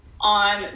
on